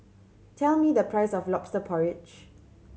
tell me the price of Lobster Porridge